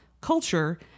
culture